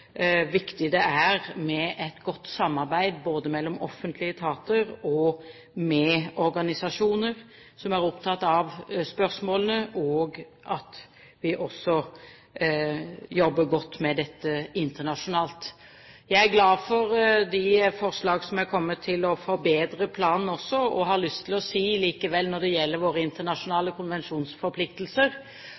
viktig det er med et godt samarbeid både mellom offentlige etater og med organisasjoner som er opptatt av spørsmålene, og også at vi jobber godt med dette internasjonalt. Jeg er glad for de forslag som er kommet for å forbedre planen. Jeg har likevel lyst til å si at når det gjelder våre internasjonale konvensjonsforpliktelser,